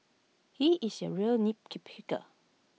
he is A real